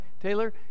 Taylor